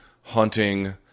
Hunting